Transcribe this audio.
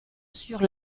sur